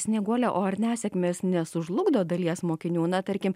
snieguolė o ar nesėkmės nesužlugdo dalies mokinių na tarkim